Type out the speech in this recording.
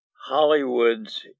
Hollywood's